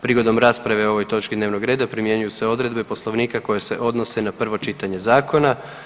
Prigodom rasprave o ovoj točki dnevnog reda primjenjuju se odredbe Poslovnika koje se odnose na prvo čitanje zakona.